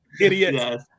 Idiot